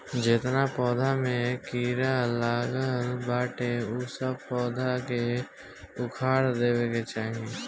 जेतना पौधा पे कीड़ा लागल बाटे उ सब पौधा के उखाड़ देवे के चाही